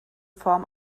form